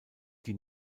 die